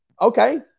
Okay